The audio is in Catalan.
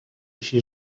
així